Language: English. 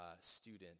student